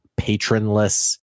patronless